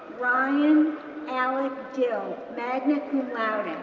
ryan alec dill, magna cum laude,